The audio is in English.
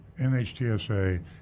NHTSA